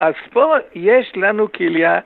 אז פה יש לנו כליה